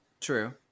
True